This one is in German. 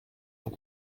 von